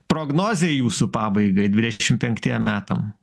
prognozė jūsų pabaigai dvidešim penktiem metam